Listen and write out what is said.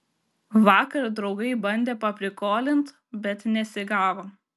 vakar draugai bandė paprikolint bet nesigavo